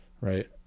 right